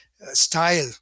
style